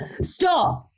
Stop